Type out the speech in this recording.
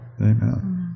Amen